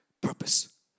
purpose